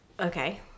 Okay